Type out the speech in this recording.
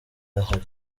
ahari